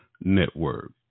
Network